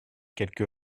quelque